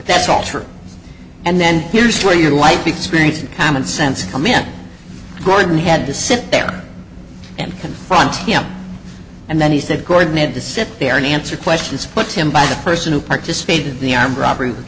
that's all true and then here's where your life experience and common sense come in gordon had to sit there and confront him and then he said gordon had to sit there and answer questions put to him by the person who participated in the armed robbery with